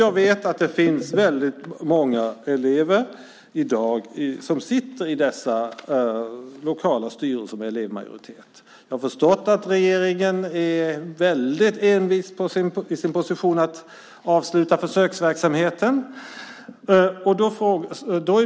Jag vet att det finns väldigt många elever i dag som sitter i dessa lokala styrelser med elevmajoritet. Jag har förstått att regeringen är väldigt envis i sin position att avsluta försöksverksamheten.